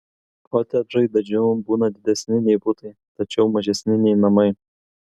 kotedžai dažniau būna didesni nei butai tačiau mažesni nei namai